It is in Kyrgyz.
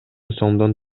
сомдон